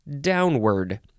downward